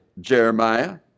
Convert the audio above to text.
Jeremiah